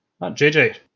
JJ